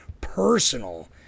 personal